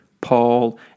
Paul